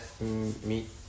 meet